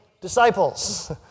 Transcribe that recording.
disciples